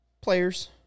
Players